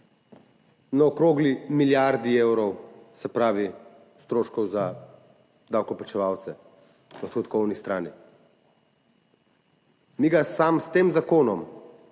na okrogli milijardi evrov stroškov za davkoplačevalce na odhodkovni strani. Mi ga samo s tem zakonom,